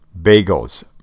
bagels